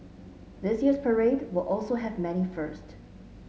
this year's parade will also have many first